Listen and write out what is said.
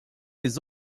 les